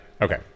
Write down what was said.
Okay